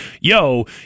yo